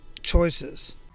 choices